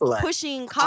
Pushing